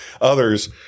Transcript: others